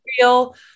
real